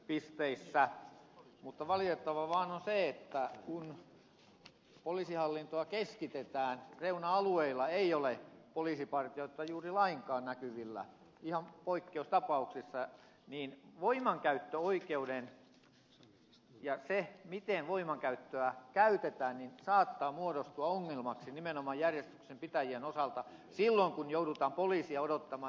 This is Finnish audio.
mutta valitettavaa vaan on se että kun poliisihallintoa keskitetään ja reuna alueilla ei ole poliisipartioita juuri lainkaan näkyvillä kuin ihan poikkeustapauksissa niin voimankäyttöoikeus ja se miten voimaa käytetään saattaa muodostua ongelmaksi nimenomaan järjestyksenpitäjien osalta silloin kun joudutaan poliisia odottamaan erityisen pitkään